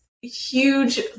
huge